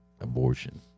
abortion